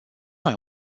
mai